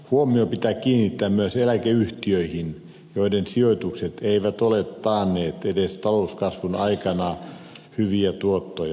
huomio pitää kiinnittää myös eläkeyhtiöihin joiden sijoitukset eivät ole taanneet edes talouskasvun aikana hyviä tuottoja